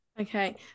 Okay